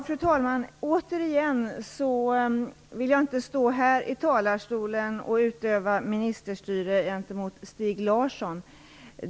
Fru talman! Återigen vill jag inte utöva ministerstyre gentemot Stig Larsson.